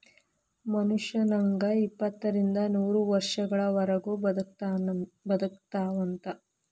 ಮನುಷ್ಯ ನಂಗ ಎಪ್ಪತ್ತರಿಂದ ನೂರ ವರ್ಷಗಳವರಗು ಬದಕತಾವಂತ